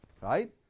right